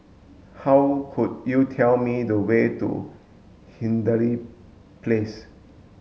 how could you tell me the way to Hindhede Place